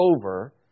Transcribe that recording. over